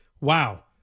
Wow